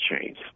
chains